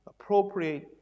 appropriate